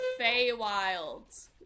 Feywilds